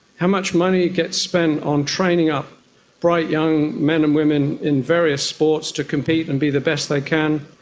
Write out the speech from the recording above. how much money gets spent on training up bright young men and women in various sports to compete and be the best they can.